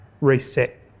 reset